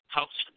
House